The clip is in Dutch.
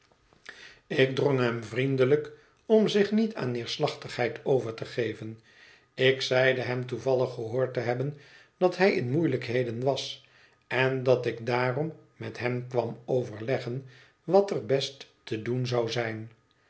ik drong hem vriendelijk om zich niet aan neerslachtigheid over te geven ik zeide hem toevallig gehoord te hebben dat hij in moeielijkheden was en dat ik daarom met hem kwam overleggen wat er best te doen zou zijn